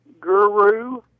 Guru